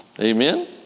Amen